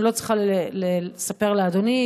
אני לא צריכה לספר לאדוני,